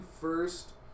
first